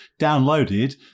downloaded